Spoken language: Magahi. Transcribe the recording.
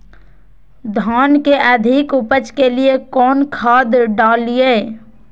धान के अधिक उपज के लिए कौन खाद डालिय?